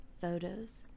photos